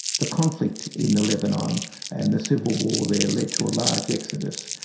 the conflict in the lebanon and the civil war there led to a large exodus,